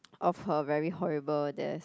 of her very horrible desk